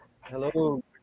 Hello